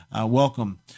welcome